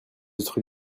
autres